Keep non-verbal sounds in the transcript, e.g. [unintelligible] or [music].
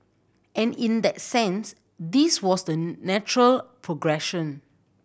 and in that sense this was the [unintelligible] natural progression